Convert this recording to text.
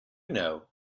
know